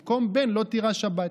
במקום בן לא תירש הבת.